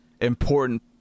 important